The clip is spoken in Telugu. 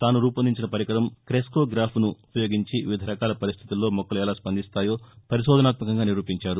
తాసు రూపొందించిన పరికరం కెస్నోగాఫ్ ను ఉపయోగించి వివిధ రకాల పరిస్టితుల్లో మొక్కలు ఎలా స్పందిస్తాయో పరిశోధనాత్యకంగా నిరూపించారు